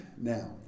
now